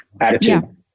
attitude